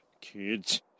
kids